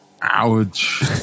Ouch